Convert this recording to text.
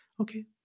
Okay